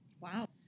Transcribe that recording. Wow